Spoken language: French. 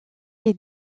est